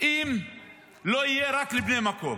אם לא יהיה רק לבני המקום.